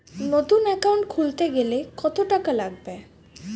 নতুন একাউন্ট খুলতে গেলে কত টাকা লাগবে?